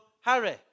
Harry